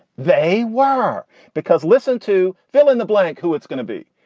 they were because listen to fill in the blank who it's gonna be.